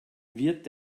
wird